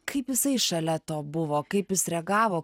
kaip jisai šalia to buvo kaip jis reagavo